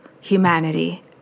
humanity